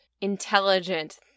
intelligent